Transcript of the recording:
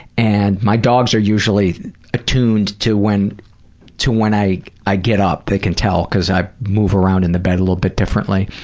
and my dogs are usually attuned to when to when i i get up. they can tell because i move around in the bed a little bit differently.